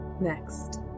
Next